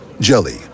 Jelly